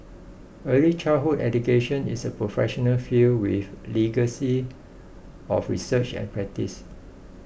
early childhood education is a professional field with legacy of research and practice